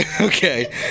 Okay